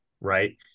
right